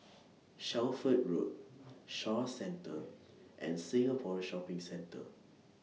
Shelford Road Shaw Centre and Singapore Shopping Centre